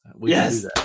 Yes